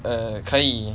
err 可以